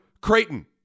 Creighton